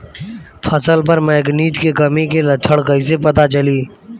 फसल पर मैगनीज के कमी के लक्षण कईसे पता चली?